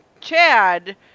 Chad